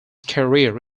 career